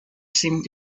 seemed